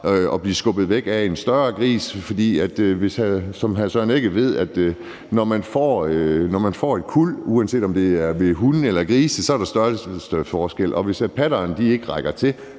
at blive skubbet væk af en større gris. For når man får et kuld, uanset om det er ved hunde eller grise, så er der størrelsesforskel, hvad hr. Søren Egge